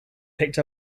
picked